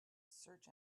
search